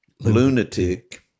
Lunatic